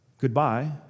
Goodbye